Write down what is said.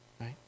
right